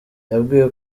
yabwiwe